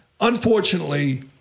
Unfortunately